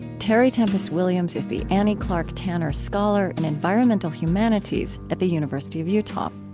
terry tempest williams is the annie clark tanner scholar in environmental humanities at the university of utah.